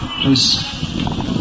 please